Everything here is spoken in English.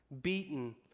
beaten